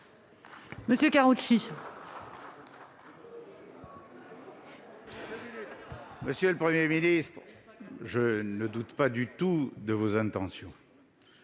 Monsieur le Premier ministre, je ne doute pas du tout de vos intentions,